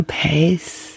pace